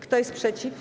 Kto jest przeciw?